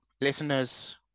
Listeners